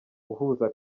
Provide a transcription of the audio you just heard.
uhuza